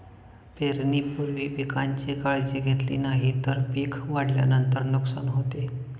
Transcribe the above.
पेरणीपूर्वी पिकांची काळजी घेतली नाही तर पिक वाढल्यानंतर नुकसान होते